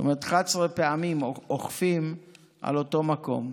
זאת אומרת, 11 פעמים אוכפים על אותו מקום.